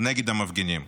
נגד המפגינים.